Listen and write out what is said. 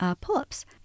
pull-ups